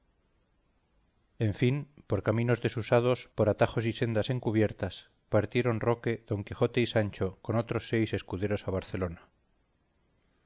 en fin por caminos desusados por atajos y sendas encubiertas partieron roque don quijote y sancho con otros seis escuderos a barcelona